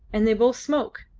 and they both smoke,